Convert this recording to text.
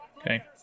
Okay